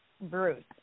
Bruce